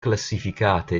classificate